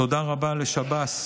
תודה רבה לשב"ס,